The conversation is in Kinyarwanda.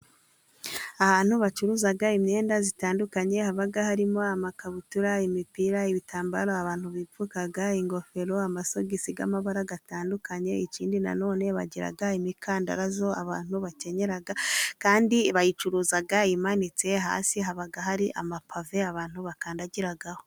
Ahantu bacuruza imyenda itandukanye haba harimo: amakabutura, imipira, ibitambaro abantu bipfuka, ingofero, amasogisi y'amabara atandukanye ikindi nanone bagira imikandara abantu bakenyera kandi bayicuruza imanitse. Hasi haba hari amapave abantu bakandagiraho.